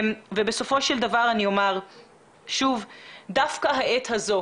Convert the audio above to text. בסופו של דבר אני אומר שוב שדווקא העת הזו